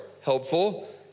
helpful